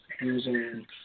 using